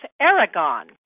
*Aragon*